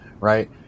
right